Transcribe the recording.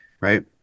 right